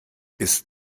ist